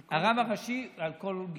על כל גיור.